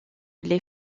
les